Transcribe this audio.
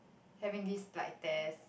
having this bright test